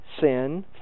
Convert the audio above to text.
sin